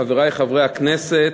חברי חברי הכנסת,